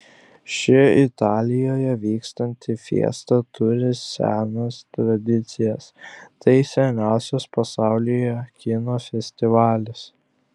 ši italijoje vykstanti fiesta turi senas tradicijas tai seniausias pasaulyje kino festivalis